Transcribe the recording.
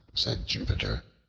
said jupiter,